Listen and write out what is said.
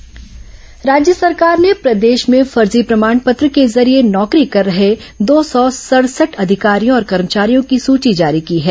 फर्जी नियुक्ति राज्य सरकार ने प्रदेश में फर्जी प्रमाण पत्र के जरिये नौकरी कर रहे दो सौ सड़सठ अधिकारियों और कर्मचारियों की सूची जारी की है